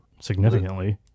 significantly